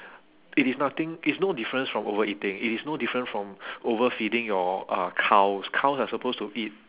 it is nothing it's no difference from overeating it is no different from overfeeding your uh cows cows are supposed to eat